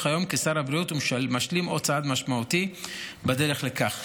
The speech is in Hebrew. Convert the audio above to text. וכיום כשר הבריאות הוא משלים עוד צעד משמעותי בדרך לכך.